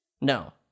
No